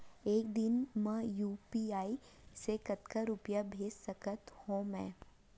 एक दिन म यू.पी.आई से कतना रुपिया भेज सकत हो मैं?